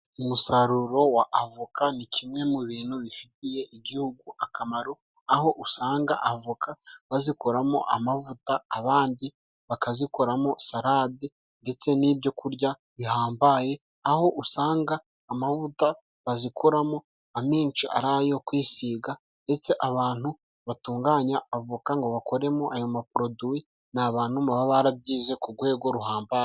Umusaruro wa avoka ni kimwe mu bintu bifitiye igihugu akamaro, aho usanga avoka bazikoramo amavuta, abandi bakazikoramo salade ndetse n'ibyo kurya bihambaye. Aho usanga amavuta bazikoramo amenshi ariyo kwisiga, ndetse abantu batunganya avoka ngo bakoremo ayo maproduwi ni abantu baba barabyize ku rwego ruhambaye.